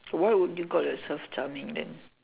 why would you call yourself charming then